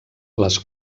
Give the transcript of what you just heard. les